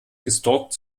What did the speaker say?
gestalkt